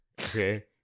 Okay